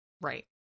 Right